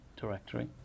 directory